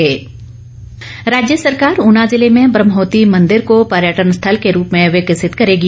वीरेन्द्र कंवर राज्य सरकार ऊना जिले में ब्रहमोती मंदिर को पर्यटन स्थल के रूप में विकसित करेगी